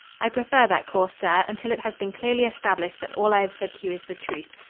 i prefer that course, sir, until it has been clearly established that all i have said to you is the truth.